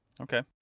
Okay